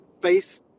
base